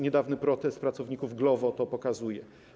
Niedawny protest pracowników Glovo to pokazuje.